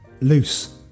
loose